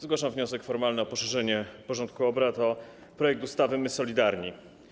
Zgłaszam wniosek formalny o rozszerzenie porządku obrad o projekt ustawy „My, solidarni”